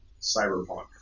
Cyberpunk